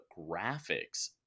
graphics